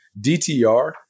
DTR